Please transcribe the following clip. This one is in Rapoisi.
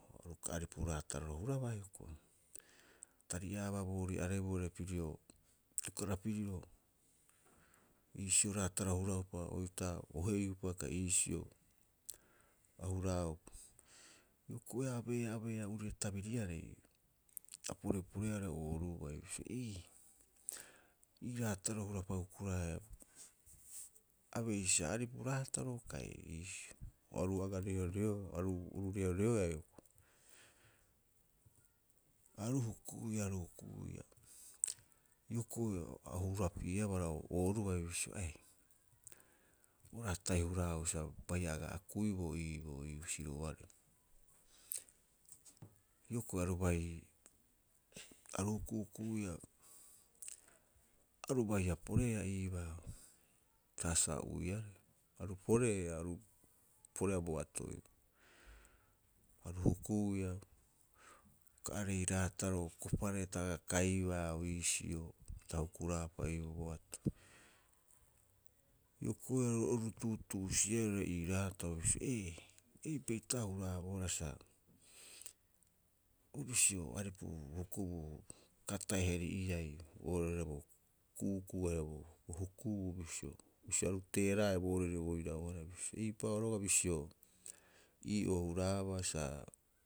Aru uka aripu raataroro huraba hioko'i. A tari'aaba boorii arebuu airaire pirio, atukara piriro. Iisio raataro hura'opa, oitaa ohei'upa kai iisio ahuraaupa. Hioko'i a abeea, a abeea uri'e tabiriarei, a poreporeea oo'ore ooruai, bisio eei- ei raataro'oo hura'upa hukuraeaa. Abe'isa aripu raataro kai iisio, oru aga reoreoea, aru oru reoreoea hioko'i. Aru hukuiia aru hukuiia, hioko'i a hurapi'eabaa oore ooruai bisio ee, o raatai huraau sa baiha aga akuiboo iiboo ii husioarei. Hioko'i aru bai aru hukuhukuia aru baiha poreea iibaa, saasaa ou'iaarei. Aru poreea, aru poreea bo atoi, aru hukuiia uka are'ei raataro koparee ta aga kaiibaa bisio pita hukuraapa iiboo boatoi. Hioko'i aru oru tuutuusi'eea oirare iiraatao bisio ee, eipe'utaoo a huraabohara sa o bisio bo aripu hokoboo, uka ata'e heri'iai oirare bo ku'uku'u haia bo hukubuu bisio, bisio aru teera'aea boorire bo irau- harai bisio eipa'oo roga'a bisio ii'oo huraabaa sa.